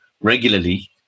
regularly